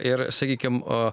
ir sakykim o